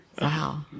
Wow